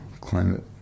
Climate